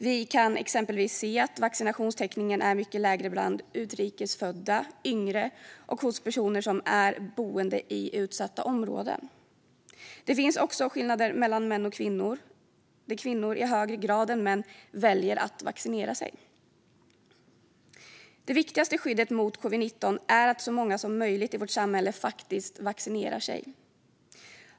Vi kan exempelvis se att vaccinationstäckningen är mycket lägre bland utrikes födda, yngre och personer som bor i utsatta områden. Det finns också skillnader mellan män och kvinnor, där kvinnor i högre grad än män väljer att vaccinera sig. Det viktigaste skyddet mot covid-19 är att så många som möjligt i vårt samhälle faktiskt vaccinerar sig.